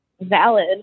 valid